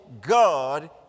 God